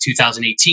2018